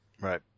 Right